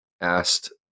asked